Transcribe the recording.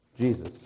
Jesus